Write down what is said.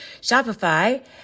Shopify